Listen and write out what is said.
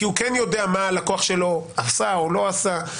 כי הוא כן יודע מה הלקוח שלו עשה או לא עשה.